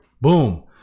Boom